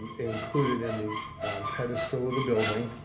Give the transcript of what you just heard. included in the pedestal of the building,